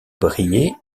briey